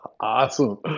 Awesome